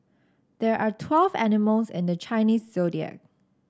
there are twelve animals in the Chinese Zodiac